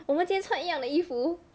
我们今天穿一样的衣服